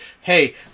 hey